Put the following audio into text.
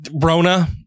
Rona